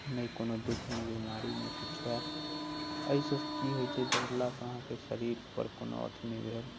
नहि कोनो दुःख नहि बीमारी नहि किछु होयत एहि से की होइत छै दौड़ला से अहाँकेँ शरीर पर कोनो अथि नहि भेल